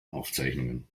aufzeichnungen